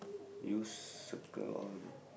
you circle all the